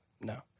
no